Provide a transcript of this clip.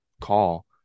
call